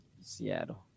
Seattle